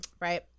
Right